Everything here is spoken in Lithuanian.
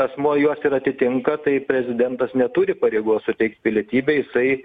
asmuo juos ir atitinka tai prezidentas neturi pareigos suteikt pilietybę jisai